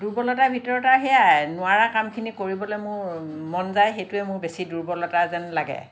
দুৰ্বলতাৰ ভিতৰত আৰু সেইয়াই নোৱাৰা কামখিনি কৰিবলৈ মোৰ মন যায় সেইটোে মোৰ বেছি দুৰ্বলতা যেন লাগে